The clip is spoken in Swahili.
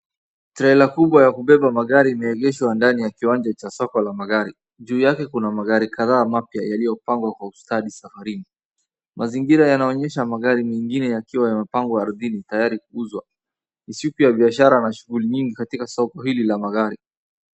Trela kubwa ya kubeba magari imeegeshwa ndani ya kiwanja la soko ya magari. Juu yake kuna magari kadhaa mapya yaliyopangwa kwa ustadi safarini. Mazingira yanaonyesha magari mengine yakiwa yamepangwa ardhini, tayari kuuzwa. Ni siku ya biashara na shughuli nyingi katika soko hili la magari.